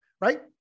right